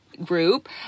group